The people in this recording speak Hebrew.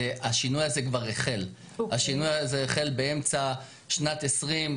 השינוי הזה כבר החל באמצע שנת 2020,